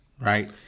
right